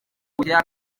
kujya